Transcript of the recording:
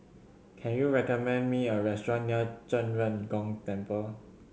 can you recommend me a restaurant near Zhen Ren Gong Temple